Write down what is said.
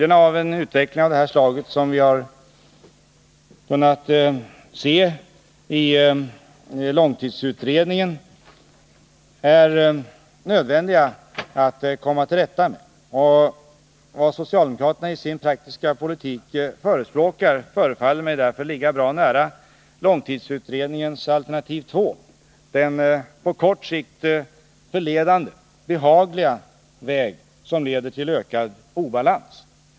Det är också så, herr talman, att det är nödvändigt att komma till rätta med följderna av den utveckling som har beskrivits också i långtidsutredningen. Vad socialdemokraterna förespråkar i sin praktiska politik förefaller mig ligga bra nära långtidsutredningens alternativ 2 — den på kort sikt förledande behagliga väg som leder till ökad obalans.